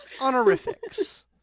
honorifics